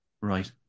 Right